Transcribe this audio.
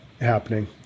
happening